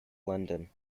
london